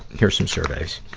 here's some surveys.